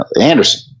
Anderson